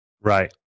Right